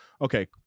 Okay